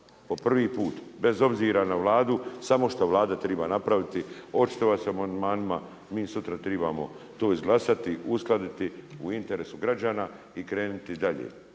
po prvi put, bez obzira na Vladu. Samo šta Vlada triba napraviti očitovati se o amandmanima, mi sutra tribamo to izglasati, uskladiti u interesu građana i kreniti dalje